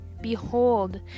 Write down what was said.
Behold